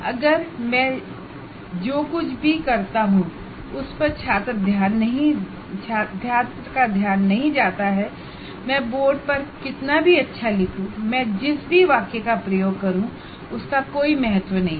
अगर मैं जो कुछ भी करता हूं उस पर छात्र का ध्यान नहीं जाता है मैं बोर्ड पर कितना भी अच्छा लिखूं मै जिस भी वाक्य का प्रयोग करूं उसका कोई महत्व नहीं है